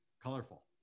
colorful